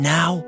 Now